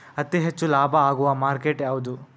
ಅತಿ ಹೆಚ್ಚು ಲಾಭ ಆಗುವ ಮಾರ್ಕೆಟ್ ಯಾವುದು?